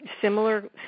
similar